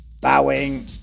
Bowing